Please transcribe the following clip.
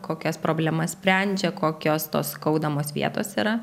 kokias problemas sprendžia kokios tos skaudamos vietos yra